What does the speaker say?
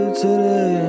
today